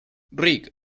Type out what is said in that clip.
rick